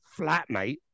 flatmate